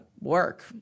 work